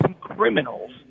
criminals